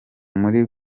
muri